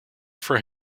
for